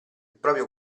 proprio